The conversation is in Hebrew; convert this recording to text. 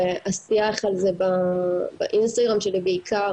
והשיח על זה באינסטגרם שלי בעיקר